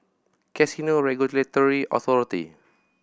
Casino Regulatory Authority